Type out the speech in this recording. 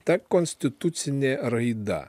ta konstitucinė raida